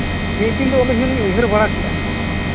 ᱢᱤᱫ ᱫᱤᱱ ᱫᱚ ᱟᱹᱞᱤᱧ ᱦᱚᱸᱞᱤᱧ ᱩᱭᱦᱟᱹᱨ ᱵᱟᱲᱟ ᱠᱮᱜᱼᱟ